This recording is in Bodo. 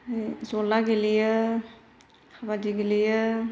जला गेलेयो खाबादि गेलेयो